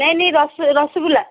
ନାଇଁ ନାଇଁ ରସ ରସଗୋଲା